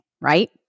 right